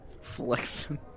Flexing